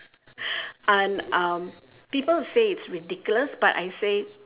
and um people say it's ridiculous but I say